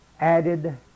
added